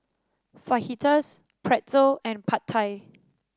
Fajitas Pretzel and Pad Thai